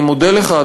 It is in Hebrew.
אני מודה לך,